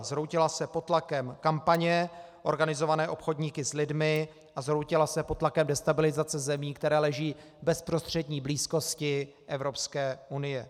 Zhroutila se pod tlakem kampaně organizované obchodníky s lidmi a zhroutila se pod tlakem destabilizace zemí, které leží v bezprostřední blízkosti Evropské unie.